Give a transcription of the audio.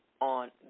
on